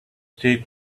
stay